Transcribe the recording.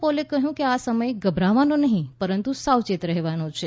પોલે કહ્યું કે આ સમય ગભરાવાનો નહી પરંતુ સાવચેત રહેવાનો છે